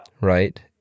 right